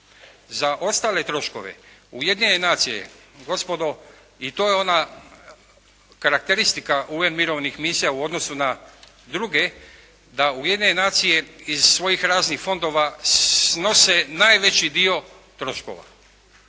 Za ostale troškove, Ujedinjene nacije, gospodo, i to je ona karakteristika UN mirovnih misija u odnosu na druge, da Ujedinjene nacije iz svojih raznih fondova snose najveći dio troškova.